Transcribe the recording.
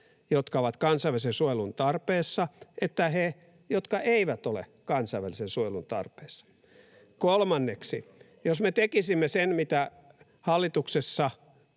jotka ovat kansainvälisen suojelun tarpeessa, että he, jotka eivät ole kansainvälisen suojelun tarpeessa? [Juha Mäenpään välihuuto] Kolmanneksi: jos me tekisimme sen, mitä hallituksessa